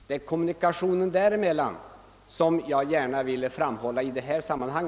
Det är kommunikationen däremellan som jag gärna ville framhålla betydelsen av i detta sammanhang.